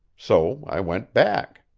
so i went back.